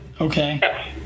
Okay